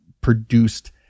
produced